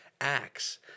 Acts